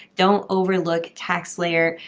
don't overlook taxslayer.